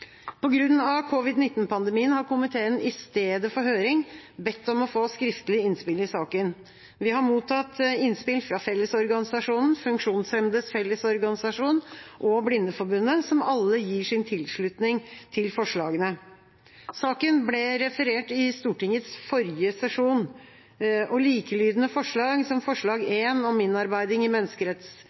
å få skriftlige innspill til saken. Vi har mottatt innspill fra Fellesorganisasjonen, Funksjonshemmedes Fellesorganisasjon og Blindeforbundet, som alle gir sin tilslutning til forslagene. Saken ble referert i Stortingets forrige sesjon, og likelydende forslag som forslag nr. 1 i representantforslaget, om innarbeiding i